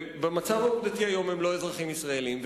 במצב העובדתי היום הם לא אזרחים ישראלים,